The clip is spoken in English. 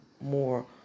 more